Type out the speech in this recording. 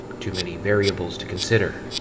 too many variables to consider.